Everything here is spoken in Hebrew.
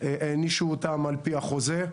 הענישו אותם על פי החוזה,